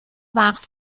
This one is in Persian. وقت